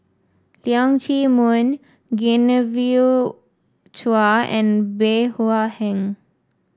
Leong Chee Mun Genevieve Chua and Bey Hua Heng